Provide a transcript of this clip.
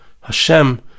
Hashem